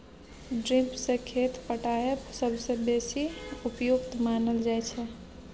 drip सँ खेत पटाएब सबसँ बेसी उपयुक्त मानल जाइ छै